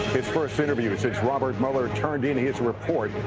his first interview since robert mueller turned in his report.